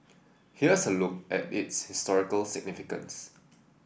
here's a look at its historical significance